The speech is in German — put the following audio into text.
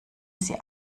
sie